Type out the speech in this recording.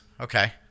Okay